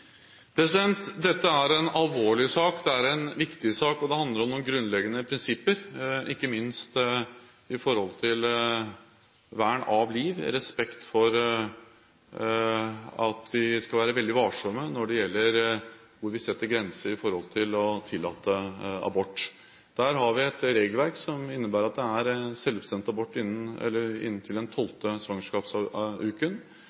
Dette er en alvorlig sak, det er en viktig sak, og det handler om noen grunnleggende prinsipper, ikke minst når det gjelder vern av liv, og respekt for at vi skal være veldig varsomme med hvor vi setter grensene når det gjelder å tillate abort. Her har vi et regelverk som innebærer at det er selvbestemt abort inntil den